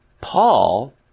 Paul